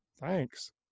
Thanks